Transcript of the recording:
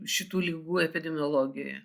šitų ligų epidemiologijoje